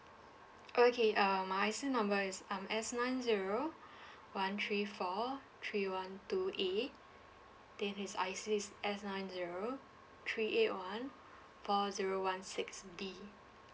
okay uh my I_C number is um S nine zero one three four three one two eight then his I_C is S nine zero three eight one four zero one six B